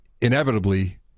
inevitably